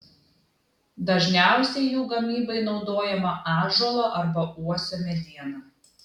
dažniausiai jų gamybai naudojama ąžuolo arba uosio mediena